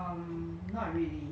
the one near the escalator